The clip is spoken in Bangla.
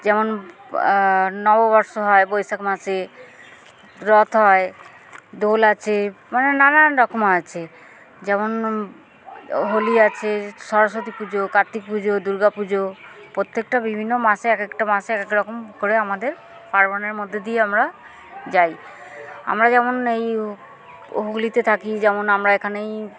যেমন নববর্ষ হয় বৈশাখ মাসে রথ হয় দোল আছে মানে নানান রকম আছে যেমন হোলি আছে সরস্বতী পুজো কার্তিক পুজো দুর্গা পুজো প্রত্যেকটা বিভিন্ন মাসে এক একটা মাসে এক এক রকম করে আমাদের পার্বণের মধ্যে দিয়ে আমরা যাই আমরা যেমন এই হুগলিতে থাকি যেমন আমরা এখানেই